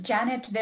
Janet